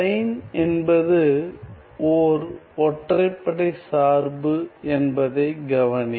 sign என்பது ஓர் ஒற்றைப்படை சார்பு என்பதை கவனி